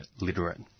literate